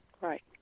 Right